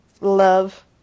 love